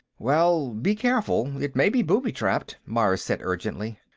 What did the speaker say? well, be careful it may be booby-trapped, myers said urgently.